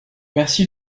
merci